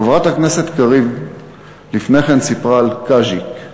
חברת הכנסת קריב לפני כן סיפרה על קאז'יק,